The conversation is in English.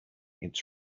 its